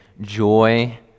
joy